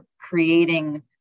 creating